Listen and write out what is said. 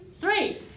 three